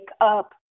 up